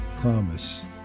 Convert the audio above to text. promise